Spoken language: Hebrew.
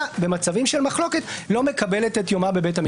במצבים של מחלוקת לא מקבלת את יומה בבית המשפט?